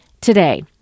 Today